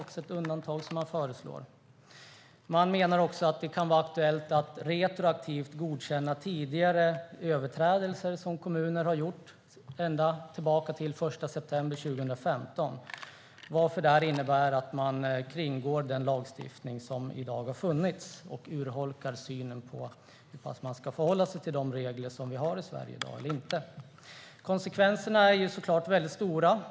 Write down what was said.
Och man menar att det kan vara aktuellt att retroaktivt godkänna tidigare överträdelser som kommuner har gjort, ända tillbaka till den 1 september 2015. Det innebär att man kringgår den lagstiftning som har funnits och urholkar den. Ska man förhålla sig till de regler som vi har i Sverige i dag eller inte? Konsekvenserna är såklart väldigt stora.